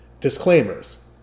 disclaimers